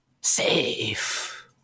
Safe